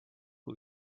who